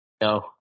no